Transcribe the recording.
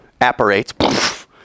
apparates